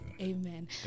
Amen